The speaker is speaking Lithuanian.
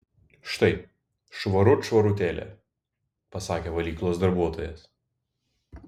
štai švarut švarutėlė pasakė valyklos darbuotojas